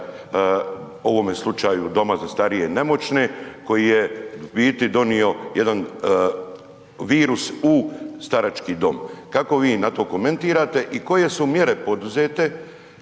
u ovome slučaju doma za starije i nemoćne koji je, u biti donio jedan virus u starački dom? Kako vi na to komentirate i koje su mjere poduzete